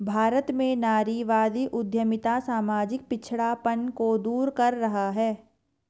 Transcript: भारत में नारीवादी उद्यमिता सामाजिक पिछड़ापन को दूर कर रहा है